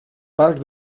parc